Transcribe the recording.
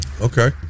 Okay